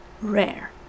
rare